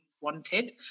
wanted